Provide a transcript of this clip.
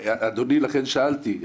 אדוני, לכן שאלתי.